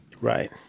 Right